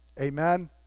Amen